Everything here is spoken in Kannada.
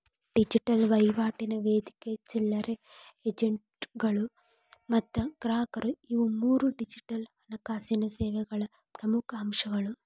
ಡಿಜಿಟಲ್ ವಹಿವಾಟಿನ ವೇದಿಕೆ ಚಿಲ್ಲರೆ ಏಜೆಂಟ್ಗಳು ಮತ್ತ ಗ್ರಾಹಕರು ಇವು ಮೂರೂ ಡಿಜಿಟಲ್ ಹಣಕಾಸಿನ್ ಸೇವೆಗಳ ಪ್ರಮುಖ್ ಅಂಶಗಳು